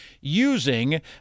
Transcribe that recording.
using